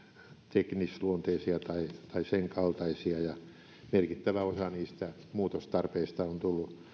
teknisluonteisia tai tai sen kaltaisia merkittävä osa niistä muutostarpeista on tullut